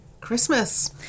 Christmas